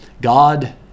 God